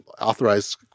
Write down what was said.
authorized